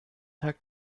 tag